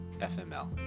FML